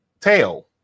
tail